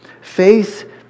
Faith